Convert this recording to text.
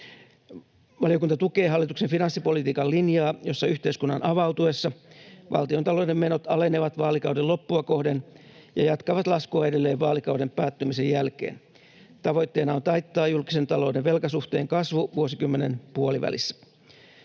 Valiokunta tukee hallituksen finanssipolitiikan linjaa, jossa yhteiskunnan avautuessa valtiontalouden menot alenevat vaalikauden loppua kohden ja jatkavat laskua edelleen vaalikauden päättymisen jälkeen. Tavoitteena on taittaa julkisen talouden velkasuhteen kasvu vuosikymmenen puolivälissä.